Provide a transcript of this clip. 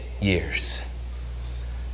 years